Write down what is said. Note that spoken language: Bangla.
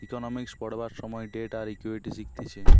ইকোনোমিক্স পড়বার সময় ডেট আর ইকুইটি শিখতিছে